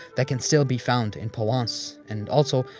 that can still be found in provence and also,